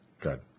Good